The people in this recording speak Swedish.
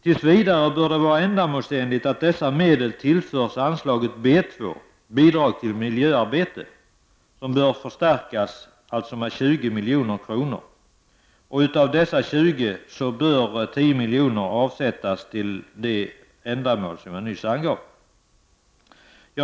Tills vidare torde det vara ändamålsenligt att dessa medel tillförs anslaget B 2 Bidrag till miljöarbete, som alltså bör förstärkas med 20 milj.kr. Av dessa 20 milj.kr. bör 10 milj.kr. avsättas till det ändamål som jag nyss angav.